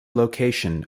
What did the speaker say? location